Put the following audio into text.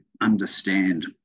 understand